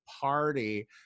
party